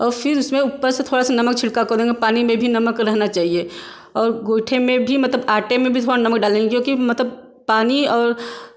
और फिर उसमें ऊपर से थोड़ा सा नमक छिड़का करेंगे पानी में भी नमक रहना चाहिए और गोइठे में भी मतलब आटे में भी थोड़ा नमक डालेंगे क्योंकि मतलब पानी और